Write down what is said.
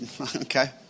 okay